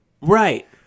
Right